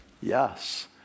Yes